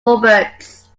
roberts